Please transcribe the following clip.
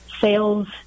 sales